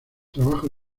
trabajo